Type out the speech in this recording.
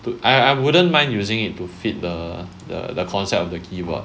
I I wouldn't mind using it to fit the the the concept of the keyboard